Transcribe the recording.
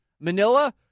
Manila